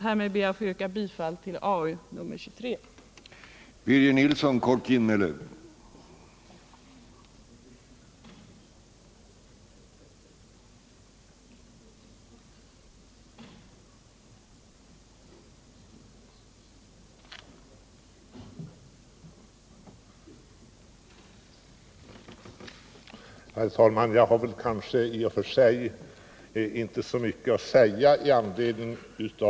Härmed ber jag att få yrka bifall till arbetsmarknadsutskottets hemställan i betänkandet nr 23.